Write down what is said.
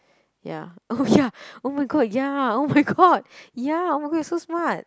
ya oh ya oh my god ya oh my god ya oh my god you're so smart